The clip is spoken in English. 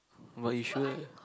but you sure